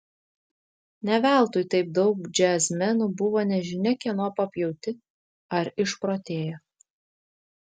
ne veltui taip daug džiazmenų buvo nežinia kieno papjauti ar išprotėjo